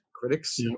critics